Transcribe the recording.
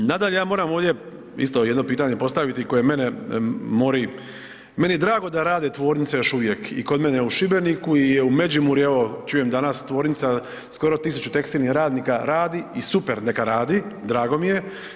Nadalje, ja moram ovdje isto jedno pitanje postaviti koje mene mori, meni je drago da rade tvornice još uvijek i kod mene u Šibeniku i Međimurje evo čujem danas tvornica skoro 1.000 tekstilnih radnika radi i super neka radi, drago mi je.